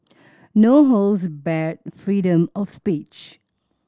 no holds barred freedom of speech